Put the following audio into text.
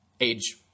age